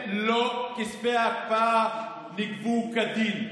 כספי ההקפאה נגבו כדין.